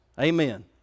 Amen